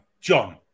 John